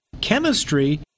chemistry